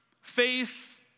faith